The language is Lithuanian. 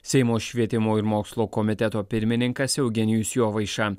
seimo švietimo ir mokslo komiteto pirmininkas eugenijus jovaiša